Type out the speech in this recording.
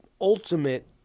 ultimate